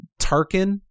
Tarkin